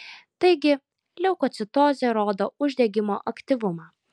taigi leukocitozė rodo uždegimo aktyvumą